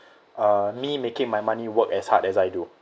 uh me making my money work as hard as I do